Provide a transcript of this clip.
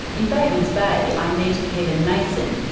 in batemans bay i met kevin mason,